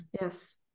yes